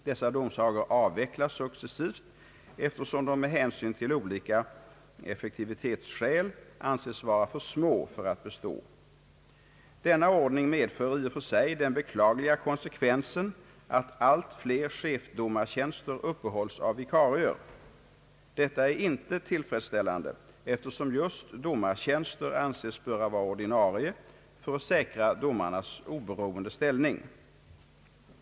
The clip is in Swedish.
Dessa domsagor avvecklas successivt, eftersom de med hänsyn till olika effektivitetsskäl anses vara för små för att bestå. Denna ordning medför i och för sig den beklagliga konsekvensen, att alltfler chefsdomartjänster uppehålls av vikarier. Detta är ej tillfredsställande, eftersom just domartjänster anses böra vara ordinarie för att säkra domarnas oberoende ställning.